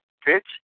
pitch